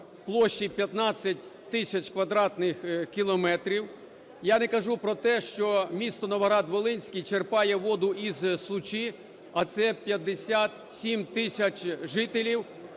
площі 15 тисяч квадратних кілометрів. Я не кажу про те, що місто Новоград-Волинський черпає воду із Случі, а це 57 тисяч жителів.